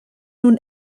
nun